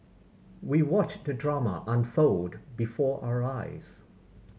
we watched the drama unfold before our eyes